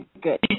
good